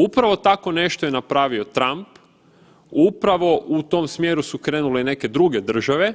Upravo tako nešto je napravio Trump, upravo u tom smjeru su krenule i neke druge države